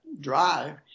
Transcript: drive